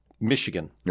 Michigan